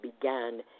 began